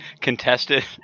Contested